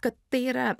kad tai yra